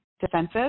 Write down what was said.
defensive